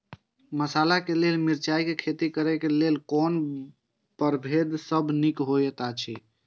मसाला के लेल मिरचाई के खेती करे क लेल कोन परभेद सब निक होयत अछि?